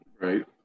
Right